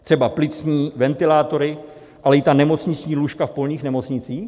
Třeba plicní ventilátory, ale i ta nemocniční lůžka v polních nemocnicích?